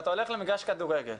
אתה הולך למגרש כדורגל,